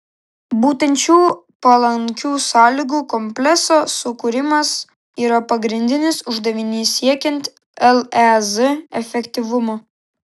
būtent šių palankių sąlygų komplekso sukūrimas yra pagrindinis uždavinys siekiant lez efektyvumo